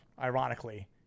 ironically